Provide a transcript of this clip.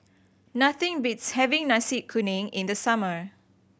nothing beats having Nasi Kuning in the summer